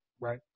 right